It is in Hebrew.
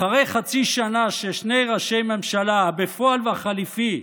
אחרי חצי שנה ששני ראשי הממשלה, הבפועל והחליפי,